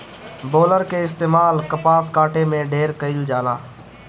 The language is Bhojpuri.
बेलर कअ इस्तेमाल कपास काटे में ढेर कइल जाला